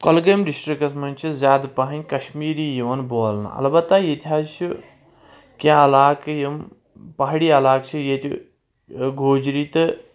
کۄلگٲمۍ ڈِسٹرکَس منٛز چھِ زیادٕ پَہنۍ کشمیٖری یِوان بولنہٕ البتہ ییٚتہِ حظ چھِ کینٛہہ علاقہٕ یِم پہٲڑی علاقہٕ چھِ ییٚتہِ گوجری تہٕ